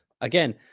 Again